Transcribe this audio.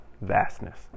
vastness